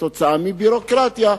בגלל ביורוקרטיה,